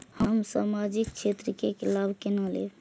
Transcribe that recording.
हम सामाजिक क्षेत्र के लाभ केना लैब?